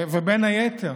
בין היתר,